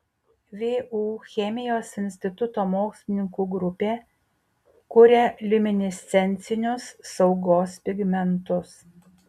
vu chemijos instituto mokslininkų grupė kuria liuminescencinius saugos pigmentus